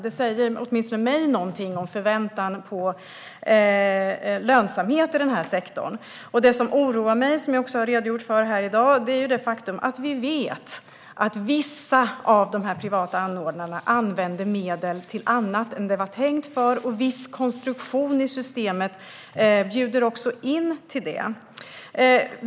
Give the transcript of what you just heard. Det säger åtminstone mig någonting om förväntan på lönsamhet i den här sektorn. Det som oroar mig, vilket jag också har redogjort för här i dag, är det faktum att vi vet att vissa av de här privata anordnarna använder medel till annat än det var tänkt för. En viss konstruktion i systemet bjuder också in till det.